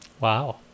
Wow